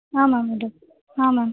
ಹಾಂ ಮ್ಯಾಮ್ ಇದೆ ಹಾಂ ಮ್ಯಾಮ್